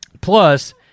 plus